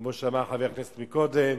כמו שאמר חבר הכנסת מקודם,